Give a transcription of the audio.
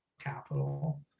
capital